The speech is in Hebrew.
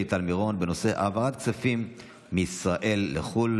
טל מירון בנושא העברת כספים מישראל לחו"ל,